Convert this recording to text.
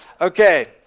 okay